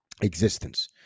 existence